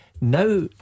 Now